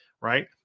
Right